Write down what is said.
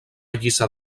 lliçà